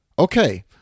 Okay